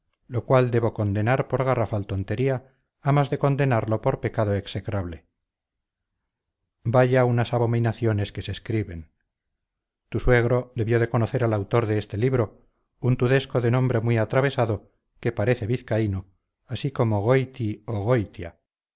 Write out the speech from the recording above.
lo cual debo condenar por garrafal tontería a más de condenarlo por pecado execrable vaya unas abominaciones que se escriben tu suegro debió de conocer al autor de este libro un tudesco de nombre muy atravesado que parece vizcaíno así como goiti o goitia